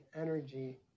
energy